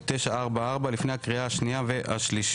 (כ/944), לפני הקריאה השנייה והשלישית.